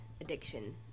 addiction